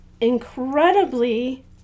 incredibly